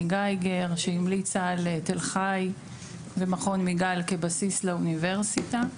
גייגר שהמליצה על תל חי ומכון מיגל כבסיס לאוניברסיטה.